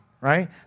right